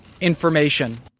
information